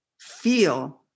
feel